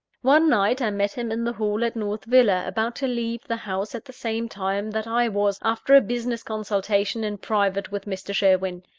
one night, i met him in the hall at north villa, about to leave the house at the same time that i was, after a business-consultation in private with mr. sherwin.